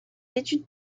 études